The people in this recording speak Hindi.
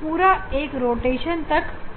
पूरा एक रोटेशन तक घुमाएंगे